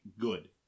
good